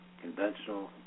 conventional